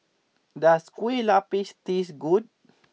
does Kueh Lupis tastes good